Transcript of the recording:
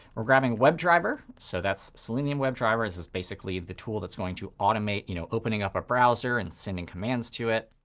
we're grabbing webdriver. so that's selenium webdriver. this is basically the tool that's going to automate you know opening up a browser and sending commands to it.